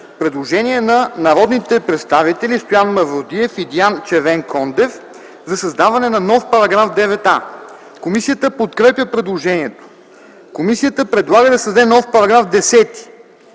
предложение на народните представители Стоян Мавродиев и Диан Червенкондев – да се създаде нов § 9а. Комисията подкрепя предложението. Комисията предлага да се създаде нов § 10: „§ 10.